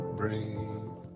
breathe